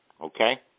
okay